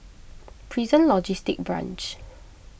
Prison Logistic Branch